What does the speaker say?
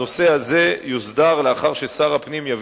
הנושא הזה יוסדר לאחר ששר הפנים יביא